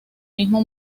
mismo